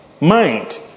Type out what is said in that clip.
Mind